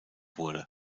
wurde